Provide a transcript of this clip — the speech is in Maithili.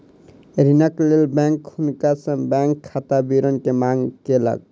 ऋणक लेल बैंक हुनका सॅ बैंक खाता विवरण के मांग केलक